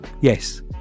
yes